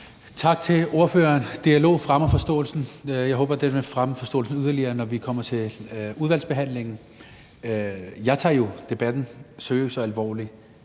Tak til ordføreren. Dialog fremmer forståelsen. Jeg håber, den vil fremme forståelsen yderligere, når vi kommer til udvalgsbehandlingen. Jeg tager jo debatten seriøst og alvorligt